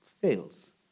fails